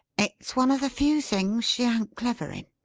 it's one of the few things she an't clever in.